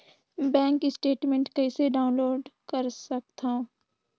Bank statement कइसे download कर सकथव?